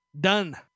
done